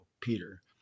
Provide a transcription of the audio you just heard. Peter